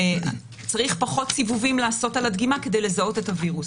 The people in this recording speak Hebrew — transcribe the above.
צריך פחות סיבובים לעשות על הדגימה כדי לזהות את הווירוס,